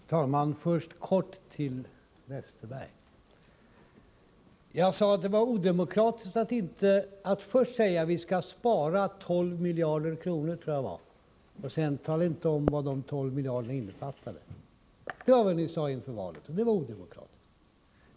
Fru talman! Först helt kort till Bengt Westerberg: Jag sade att det var odemokratiskt att först säga att vi skall spara 12 miljarder kronor — jag tror att det var den summan — och sedan inte tala om vad det innefattade. Det var vad ni sade inför valet, och det var odemokratiskt.